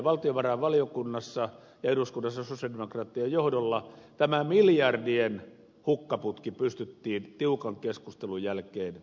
valtiovarainvaliokunnassa ja eduskunnassa sosialidemokraattien johdolla tämä miljardien hukkaputki pystyttiin tiukan keskustelun jälkeen estämään